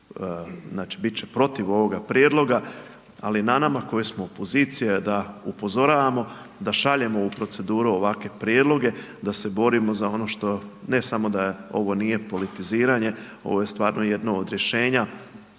znači biti će protiv ovoga prijedloga ali na nama koji smo opozicija je da upozoravamo, da šaljemo u proceduru ovakve prijedloge, da se borimo za ono što ne samo da ovo nije politiziranje, ovo je stvarno jedno od rješenja.